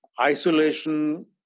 isolation